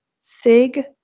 SIG